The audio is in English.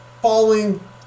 Falling